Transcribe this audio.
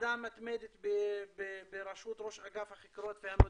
ועדה מתמדת בראשות ראש אגף החקירות והמודיעין,